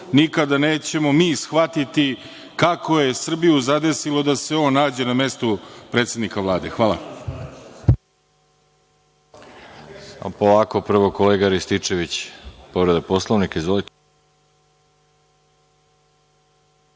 nikada nećemo mi shvatiti kako je Srbiju zadesilo da se on nađe na mestu predsednika Vlade. Hvala.